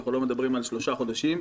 שאנחנו לא מדברים על שלושה חודשים.